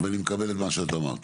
ואני מקבל את מה שאת אמרת.